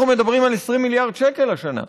אנחנו מדברים על 20 מיליארד שקל השנה.